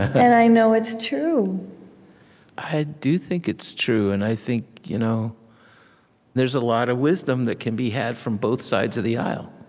and i know it's true i do think it's true, and i think you know there's a lot of wisdom that can be had from both sides of the aisle,